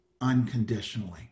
unconditionally